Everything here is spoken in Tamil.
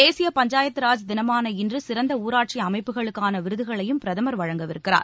தேசிய பஞ்சாயத்து ராஜ் தினமான இன்று சிறந்த ஊராட்சி அமைப்புகளுக்கான விருதுகளையும் பிரதமர் வழங்கவிருக்கிறார்